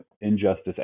injustice